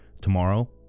tomorrow